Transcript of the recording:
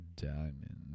Diamond